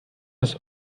ist